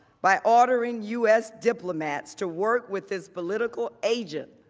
by ordering u s. diplomats to work with his political agents,